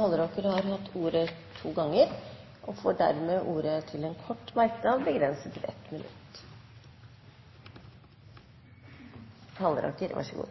Halleraker har hatt ordet to ganger tidligere og får ordet til en kort merknad, begrenset til